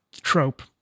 trope